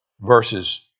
verses